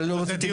(בהלצה).